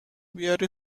بیارین